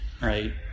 right